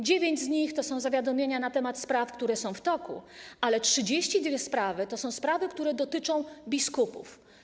Dziewięć z nich to są zawiadomienia na temat spraw, które są w toku, ale 32 sprawy to są sprawy, które dotyczą biskupów.